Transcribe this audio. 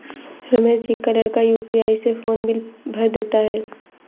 रमेश जी का लड़का यू.पी.आई से फोन बिल भर देता है